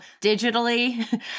digitally